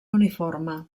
uniforme